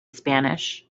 spanish